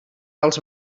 als